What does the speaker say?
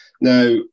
Now